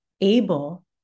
able